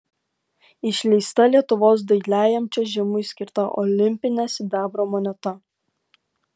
išleista lietuvos dailiajam čiuožimui skirta olimpinė sidabro moneta